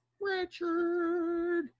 Richard